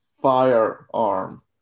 firearm